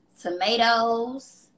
Tomatoes